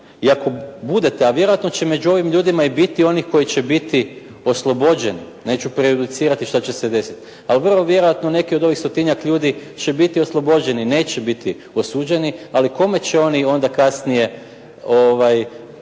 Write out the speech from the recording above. i ako budete, a vjerojatno će među ovim ljudima i biti onih koji će biti oslobođeni, neću prejudicirati što će se desiti, ali vrlo vjerojatno neke od ovih stotinjak ljudi će biti oslobođeni, neće biti osuđeni, ali kome će oni onda kasnije objasniti